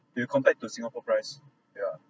if you compare to singapore price yeah